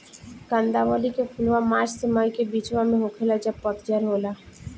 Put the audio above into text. कंदावली के फुलवा मार्च से मई के बिचवा में होखेला जब पतझर होला